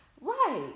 Right